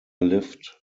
lift